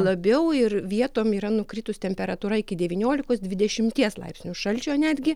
labiau ir vietom yra nukritus temperatūra iki devyniolikos dvidešimties laipsnių šalčio netgi